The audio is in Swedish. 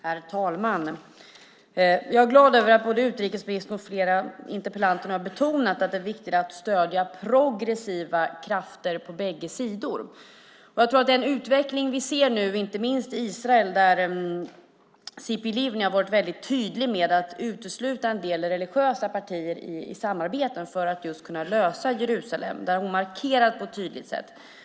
Herr talman! Jag är glad över att både utrikesministern och flera interpellanter har betonat att det är viktigt att stödja progressiva krafter på bägge sidor. Den utvecklingen ser vi nu inte minst i Israel, där Tzipi Livni har varit tydlig med att utesluta en del religiösa partier i samarbeten för att lösa Jerusalems problem. Hon har markerat på ett tydligt sätt.